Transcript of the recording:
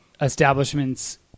establishments